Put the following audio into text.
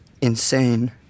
insane